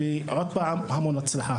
ועוד פעם, המון הצלחה.